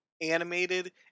animated